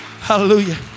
hallelujah